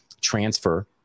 transfer